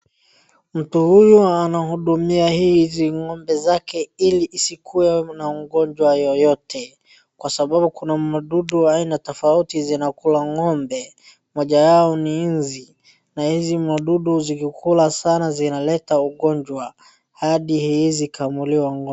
Mtu huyu anahudumia hizi ng'ombe zake ili isikuwe na ugonjwa yoyote kwa sababu kuna mdudu haina tofauti zinakula ng'ombe. Mmoja wao ni nzi. Na hizi mdudu zikikula sana zinaleta ugonjwa hadi haiwezi kamuliwa.